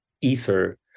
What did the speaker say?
ether